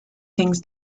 things